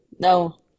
no